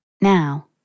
Now